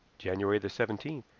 january the seventeenth.